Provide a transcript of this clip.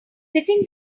sitting